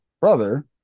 brother